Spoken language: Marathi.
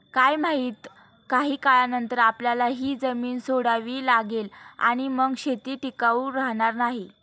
काय माहित, काही काळानंतर आपल्याला ही जमीन सोडावी लागेल आणि मग शेती टिकाऊ राहणार नाही